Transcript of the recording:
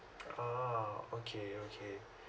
a'ah okay okay